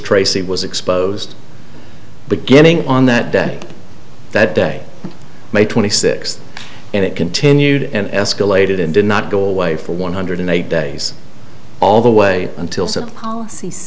tracy was exposed beginning on that day that day may twenty sixth and it continued and escalated and did not go away for one hundred eight days all the way until